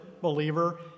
believer